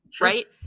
right